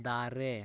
ᱫᱟᱨᱮ